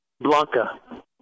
Blanca